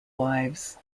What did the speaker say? wives